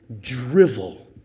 drivel